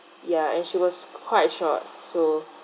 ya and she was quite short so